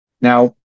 Now